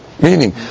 meaning